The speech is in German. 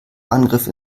angriff